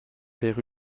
père